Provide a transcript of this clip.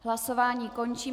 Hlasování končím.